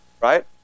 Right